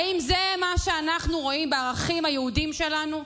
האם זה מה שאנחנו רואים בערכים היהודיים שלנו?